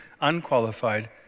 unqualified